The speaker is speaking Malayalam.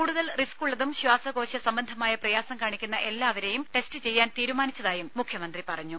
കൂടുതൽ റിസ്കുള്ളതും ശ്വാസകോശ സംബന്ധമായ പ്രയാസം കാണിക്കുന്ന എല്ലാവരേയും ടെസ്റ്റ് ചെയ്യാൻ തീരുമാനിച്ചതായി മുഖ്യമന്ത്രി പറഞ്ഞു